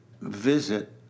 visit